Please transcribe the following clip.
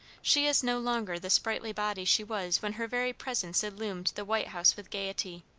she is no longer the sprightly body she was when her very presence illumed the white house with gayety.